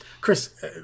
Chris